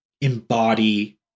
embody